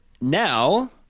Now